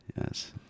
Yes